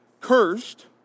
cursed